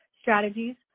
strategies